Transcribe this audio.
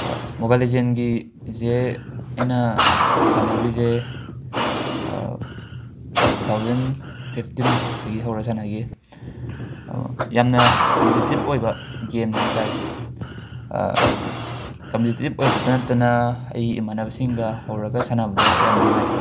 mobile ꯂꯤꯖꯦꯟꯒꯤꯁꯦ ꯑꯩꯅ ꯁꯥꯟꯅꯈ꯭ꯔꯤꯁꯦ ꯇꯨ ꯊꯥꯎꯖꯟ ꯐꯤꯐꯇꯤꯟꯗꯒꯤ ꯍꯧꯔꯒ ꯁꯥꯟꯅꯈꯤꯌꯦ ꯌꯥꯝꯅ ꯀꯝꯄꯤꯇꯤꯇꯤꯞ ꯑꯣꯏꯕ ꯒꯦꯝꯅꯦ ꯍꯥꯏ ꯇꯥꯔꯦ ꯀꯝꯄꯤꯇꯤꯞ ꯑꯣꯏꯕꯇ ꯅꯠꯇꯅ ꯑꯩꯒꯤ ꯏꯃꯥꯟꯅꯕꯁꯤꯡꯒ ꯍꯧꯔꯒ ꯁꯥꯟꯅꯕꯗꯣ ꯌꯥꯝ ꯅꯨꯉꯥꯏ